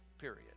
period